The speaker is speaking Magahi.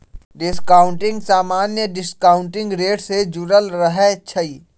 डिस्काउंटिंग समान्य डिस्काउंटिंग रेट से जुरल रहै छइ